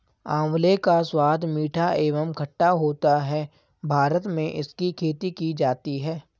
आंवले का स्वाद मीठा एवं खट्टा होता है भारत में इसकी खेती की जाती है